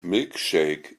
milkshake